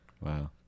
Wow